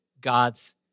God's